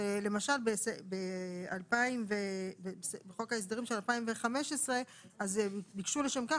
למשל בחוק ההסדרים של 2015 ביקשו לשם כך